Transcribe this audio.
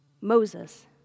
Moses